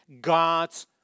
God's